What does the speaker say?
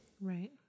Right